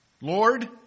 Lord